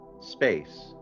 Space